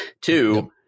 Two